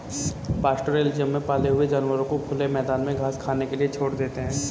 pastoralism में पाले हुए जानवरों को खुले मैदान में घास खाने के लिए छोड़ देते है